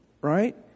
right